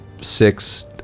six